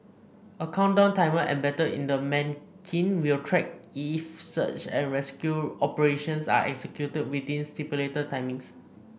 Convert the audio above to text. a countdown timer embedded in the manikin will track if search and rescue operations are executed within stipulated timings